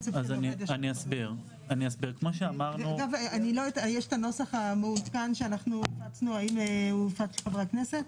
יש את הנוסח המעודכן שהפצנו ואני מקווה שהוא בידי חברי הכנסת.